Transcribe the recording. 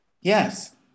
yes